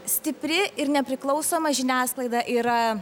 stipri ir nepriklausoma žiniasklaida yra